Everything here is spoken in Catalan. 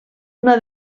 una